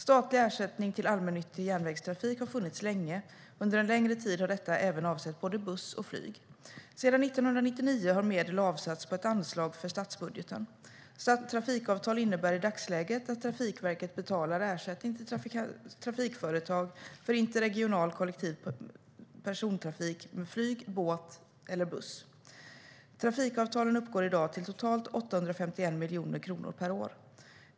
Statlig ersättning till allmännyttig järnvägstrafik har funnits länge, och under en längre tid har detta även avsett både buss och flyg. Sedan 1999 har medel avsatts på ett anslag för statsbudgeten. Trafikavtal innebär i dagsläget att Trafikverket betalar ersättning till trafikföre-tag för interregional kollektiv persontrafik med flyg, tåg, båt eller buss. Trafikavtalen uppgår i dag till totalt 851 miljoner kronor per år.